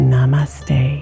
Namaste